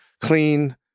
clean